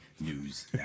news